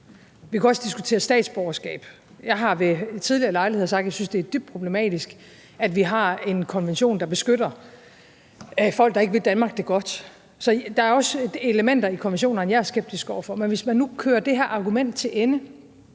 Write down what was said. vi kunne også diskutere statsborgerskab. Jeg har ved tidligere lejligheder sagt, at jeg synes, det er dybt problematisk, at vi har en konvention, der beskytter folk, der ikke vil Danmark det godt. Så der er også elementer i konventionerne, jeg er skeptisk over for. Men hvis man nu kører det her argument til ende,